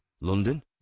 London